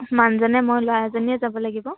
মানুহজনে মই ল'ৰাজনীয়ে যাব লাগিব